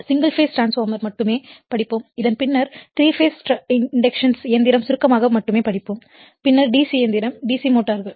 single phase transformer மட்டுமே படிப்போம் இதன் பின்னர் 3 பேஸ் இண்டக்டன்ஸ் இயந்திரம் சுருக்கமாக மட்டுமே படிப்போம் பின்னர் DC இயந்திரம் DC மோட்டார்கள்